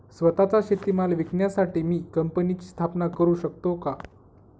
स्वत:चा शेतीमाल विकण्यासाठी मी कंपनीची स्थापना करु शकतो का?